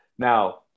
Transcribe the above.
Now